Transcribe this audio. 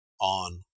on